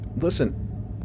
listen